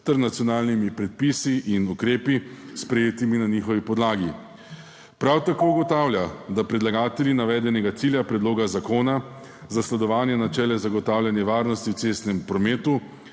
ter nacionalnimi predpisi in ukrepi, sprejetimi na njihovi podlagi. Prav tako ugotavlja, da predlagatelji navedenega cilja predloga zakona zasledovanja načela zagotavljanja varnosti v cestnem prometu